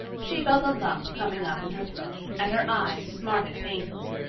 she felt a lump coming up in her throat and her eyes smarted painfully.